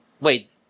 Wait